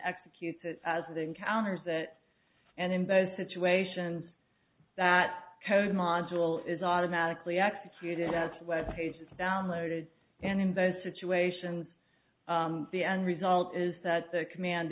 executes it as it encounters it and in both situations that code module is automatically executed as web pages downloaded and in those situations the end result is that the command